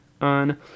on